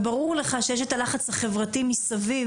וברור לך שיש את הלחץ החברתי מסביב,